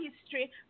history